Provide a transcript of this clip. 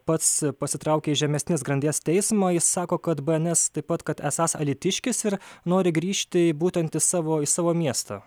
pats pasitraukė į žemesnės grandies teismą jis sako kad bns taip pat kad esąs alytiškis ir nori grįžti būtent savo į savo miestą